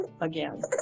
again